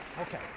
Okay